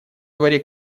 дворе